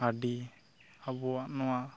ᱟᱹᱰᱤ ᱟᱵᱚᱣᱟᱜ ᱱᱚᱣᱟ